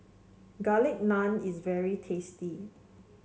Garlic Naan is very tasty